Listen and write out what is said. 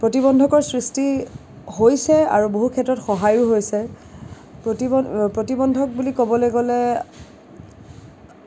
প্ৰতিবন্ধকৰ সৃষ্টি হৈছে আৰু বহু ক্ষেত্ৰত সহায়ো হৈছে প্ৰতি প্ৰতিবন্ধক বুলি ক'বলৈ গ'লে